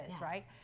right